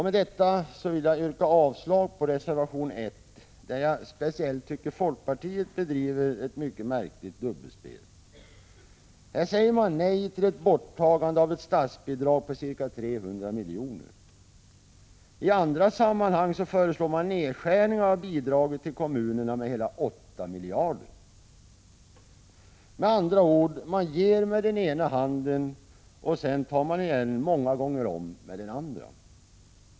Med detta vill jag yrka avslag på reservation 1, där jag speciellt tycker att folkpartiet bedriver ett mycket märkligt dubbelspel. Här säger man nej till ett borttagande av ett statsbidrag på ca 300 milj.kr. I andra sammanhang föreslår man nedskärningar av bidragen till kommunerna med hela 8 miljarder. Med andra ord: Man ger med ena handen och tar sedan igen många gånger om med den andra.